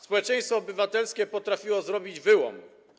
Społeczeństwo obywatelskie potrafiło zrobić wyłom.